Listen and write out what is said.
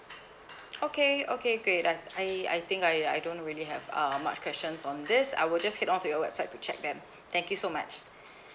okay okay great I I I think I I don't really have uh much questions on this I will just head on to your website to check then thank you so much